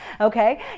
Okay